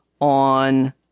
on